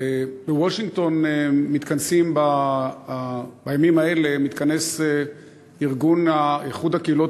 בוושינגטון מתכנס בימים האלה ארגון איחוד הקהילות